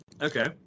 Okay